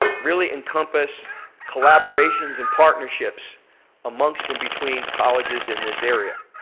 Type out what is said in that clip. really encompass collaborations and partnerships amongst and between colleges in this area.